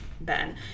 Ben